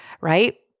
right